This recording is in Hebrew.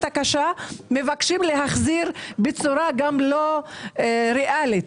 הקשה מבקשים להחזיר בצורה לא ריאלית,